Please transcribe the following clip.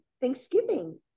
Thanksgiving